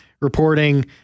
reporting